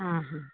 आ हा